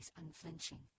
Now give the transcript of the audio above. unflinching